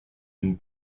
une